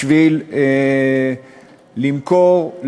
בשביל למכור,